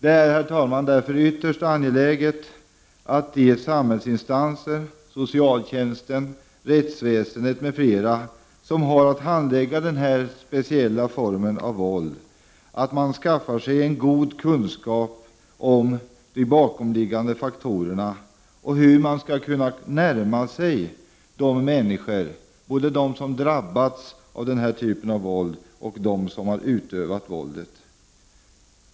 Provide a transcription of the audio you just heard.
Det är därför, herr talman, ytterst angeläget att de samhällsinstanser, socialtjänsten, rättsväsendet m.fl., som har att handlägga denna speciella form av våld, skaffar sig goda kunskaper om de bakomliggande faktorerna och om hur de skall kunna närma sig de människor som har drabbats av detta våld och dem som har utövat våldet.